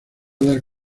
dar